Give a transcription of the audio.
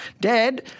Dad